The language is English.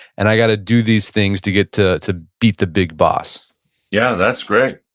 and i gotta do these things to get to to beat the big boss yeah, that's great.